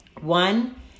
One